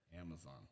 Amazon